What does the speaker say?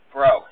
Bro